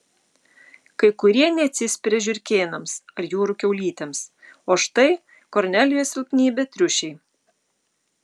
kai kurie neatsispiria žiurkėnams ar jūrų kiaulytėms o štai kornelijos silpnybė triušiai